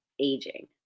aging